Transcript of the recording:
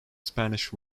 spanish